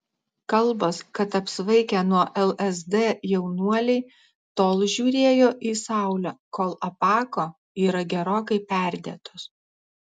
kalbos kad apsvaigę nuo lsd jaunuoliai tol žiūrėjo į saulę kol apako yra gerokai perdėtos